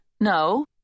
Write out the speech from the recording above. No